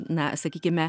na sakykime